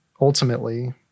ultimately